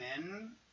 men